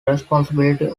responsibility